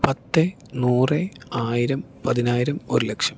പത്ത് നൂറ് ആയിരം പതിനായിരം ഒരു ലക്ഷം